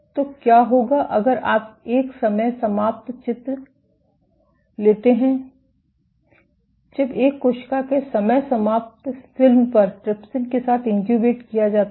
तो क्या होगा अगर आप एक समय समाप्त चित्र लेते हैं जब एक कोशिका के समय समाप्त फिल्म जब ट्रिप्सिन के साथ इनक्यूबेट किया जाता है